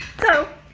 so,